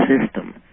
system